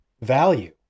value